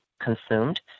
consumed